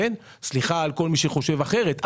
וסליחה מכל מי שחושב אחרת.